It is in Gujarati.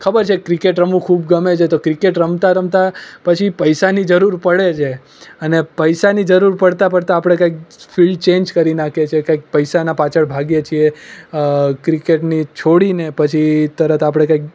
ખબર છે ક્રિકેટ રમવું ખૂબ ગમે છે તો ક્રિકેટ રમતાં રમતાં પછી પૈસાની જરૂર પડે છે અને પૈસાની જરૂર પડતાં પડતાં આપડે કંઈક ફિલ્ડ ચેન્જ કરી નાખીએ છીએ કંઈક પૈસાના પાછળ ભાગીએ છીએ ક્રિકેટની છોડીને પછી આપણે તરત કંઈક